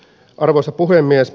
arvoisa puhemies